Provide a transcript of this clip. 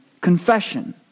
confession